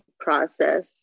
process